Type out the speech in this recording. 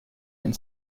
and